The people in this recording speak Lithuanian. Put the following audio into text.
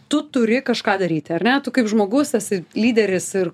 tu turi kažką daryti ar ne tu kaip žmogus esi lyderis ir